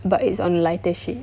but it's on a lighter shade